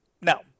Now